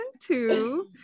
two